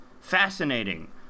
fascinating